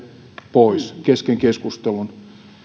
pois kesken keskustelun